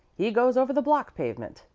he goes over the block pavement.